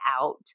out